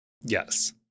Yes